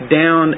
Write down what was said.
down